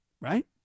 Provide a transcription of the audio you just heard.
right